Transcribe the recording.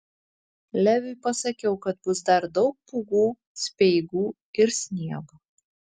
leviui pasakiau kad bus dar daug pūgų speigų ir sniego